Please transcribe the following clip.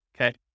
okay